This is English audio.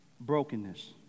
brokenness